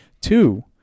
Two